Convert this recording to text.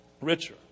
Richer